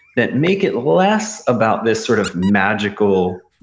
that make it less about this sort of magical,